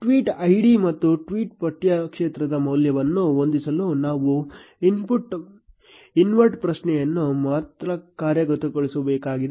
tweet ID ಮತ್ತು tweet ಪಠ್ಯ ಕ್ಷೇತ್ರದ ಮೌಲ್ಯವನ್ನು ಹೊಂದಿಸಲು ನಾವು ಇನ್ಸರ್ಟ್ ಪ್ರಶ್ನೆಯನ್ನು ಮಾತ್ರ ಕಾರ್ಯಗತಗೊಳಿಸಬೇಕಾಗಿದೆ